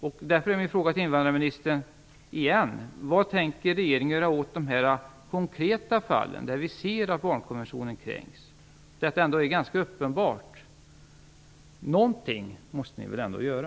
Därför är återigen min fråga till invandrarministern: Vad tänker regeringen göra åt de konkreta fall där vi ser att barnkonventionen kränks? Jag tänker på fall där detta är ganska uppenbart. Någonting måste ni väl ändå göra?